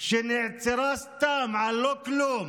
שנעצרה סתם, על לא כלום,